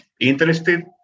interested